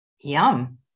Yum